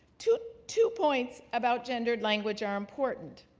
two two points about gendered language are important.